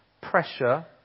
pressure